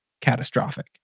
catastrophic